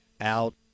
out